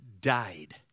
died